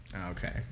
Okay